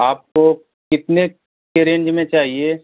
आपको कितने की रेंज में चाहिए